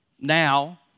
now